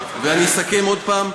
ואני אסכם עוד פעם.